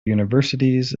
universities